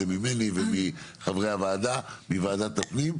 זה ממני ומחברי וועדת הפנים,